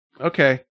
Okay